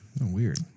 weird